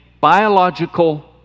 biological